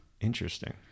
Interesting